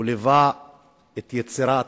הוא ליווה את היצירה